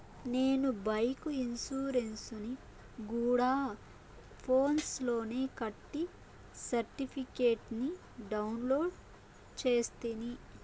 నేను బైకు ఇన్సూరెన్సుని గూడా ఫోన్స్ లోనే కట్టి సర్టిఫికేట్ ని డౌన్లోడు చేస్తిని